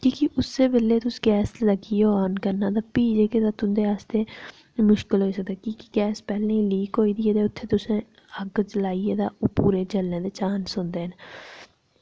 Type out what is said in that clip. की कि उस्सै बेल्ले तुस गैस लग्गियै आन करना ते फ्ही जेह्के तां तुंदे आस्तै मुश्कल होई सकदा की कि गैस पैह्लें दी लीक होई दी ऐ ते उत्थै तुसें अग्ग जलाई ऐ ते ओह् पूरे जलने दे चांस होंदे न